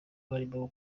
barimo